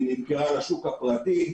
היא נמכרה לשוק הפרטי,